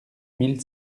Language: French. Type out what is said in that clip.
mille